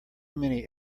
many